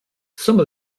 some